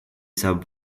saab